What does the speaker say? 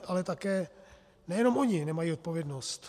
Ale nejenom ony nemají odpovědnost.